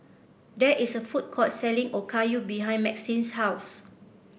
there is a food court selling Okayu behind Maxine's house